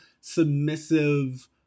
submissive